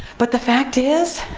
but the fact is,